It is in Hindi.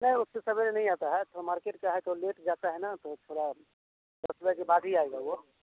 नहीं उतने सुबह नहीं आता है तो मार्केट से है तो लेट जाता है ना तो थोड़ा दस बजे के बाद ही आएगा वो